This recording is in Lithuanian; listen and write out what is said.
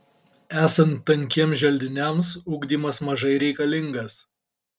esant tankiems želdiniams ugdymas mažai reikalingas